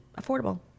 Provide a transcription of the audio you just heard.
affordable